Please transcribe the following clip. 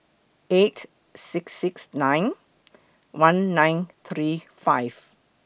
eight six six nine one nine three five